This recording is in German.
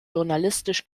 journalistisch